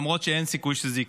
למרות שאין סיכוי שזה יקרה.